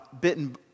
bitten